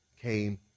came